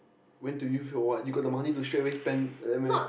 when to use your what you got the money to straight away spend like that meh